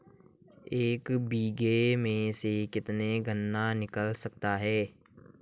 एक बीघे में से कितना गन्ना निकाल सकते हैं?